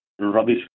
rubbish